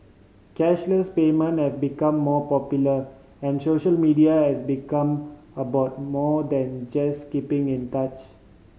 cashless payment have become more popular and social media has become about more than just keeping in touch